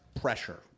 pressure